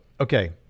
okay